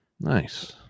nice